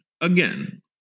again